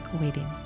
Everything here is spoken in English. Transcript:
waiting